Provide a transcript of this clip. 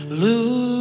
lose